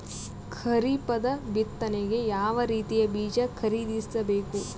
ಖರೀಪದ ಬಿತ್ತನೆಗೆ ಯಾವ್ ರೀತಿಯ ಬೀಜ ಖರೀದಿಸ ಬೇಕು?